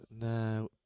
Now